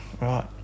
Right